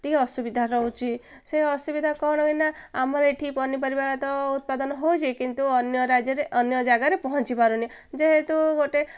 ଟିକେ ଅସୁବିଧା ରହୁଛି ସେ ଅସୁବିଧା କ'ଣ କିନା ଆମର ଏଇଠି ପନିପରିବା ତ ଉତ୍ପାଦନ ହେଉଛି କିନ୍ତୁ ଅନ୍ୟ ରାଜ୍ୟରେ ଅନ୍ୟ ଜାଗାରେ ପହଞ୍ଚି ପାରୁନି ଯେହେତୁ ଗୋଟେ